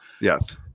Yes